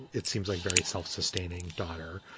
it seems like very self-sustaining daughter.